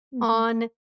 on